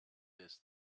this